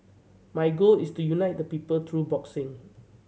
my goal is to unite the people through boxing